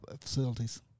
facilities